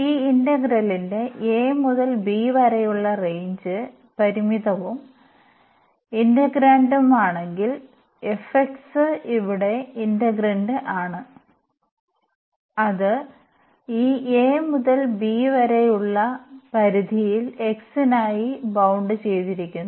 ഈ ഇന്റഗ്രലിന്റെ a മുതൽ b വരെയുള്ള റേഞ്ച് പരിമിതവും ഇന്റഗ്രാന്റ്മാണെങ്കിൽ f x ഇവിടെ ഇന്റഗ്രാന്റ് ആണ് അത് ഈ a മുതൽ b വരെയുള്ള ലിമിറ്റിൽ x നായി ബൌണ്ടഡ് ചെയ്തിരിക്കുന്നു